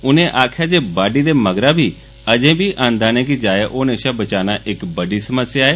उनें आक्खेआ जे बाड्डी दे मगरा अजें बी अन्नदाने गी जाया होने षा बचाना इक बड्डी समस्या ऐ